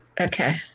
Okay